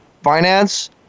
finance